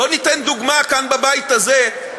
בואו ניתן דוגמה כאן, בבית הזה.